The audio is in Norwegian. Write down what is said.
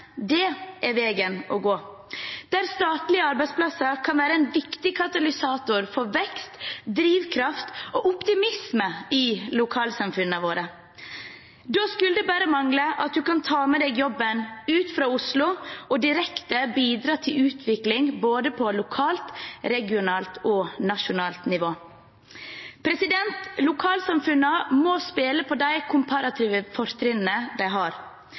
er veien å gå, der statlige arbeidsplasser kan være en viktig katalysator for vekst, drivkraft og optimisme i lokalsamfunnene våre. Da skulle det bare mangle at man kan ta med seg jobben ut fra Oslo og direkte bidra til utvikling på både lokalt, regionalt og nasjonalt nivå. Lokalsamfunnene må spille på de komparative fortrinnene de har.